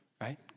Right